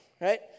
right